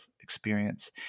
experience